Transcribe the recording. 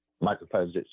microphones